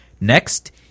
Next